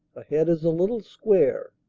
ahead is a little square.